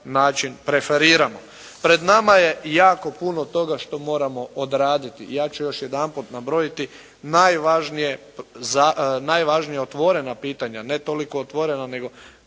način preferiramo. Pred nama je jako puno toga što moram odraditi. Ja ću još jedanput nabrojiti najvažnija toliko otvorena pitanja, ne toliko otvorena,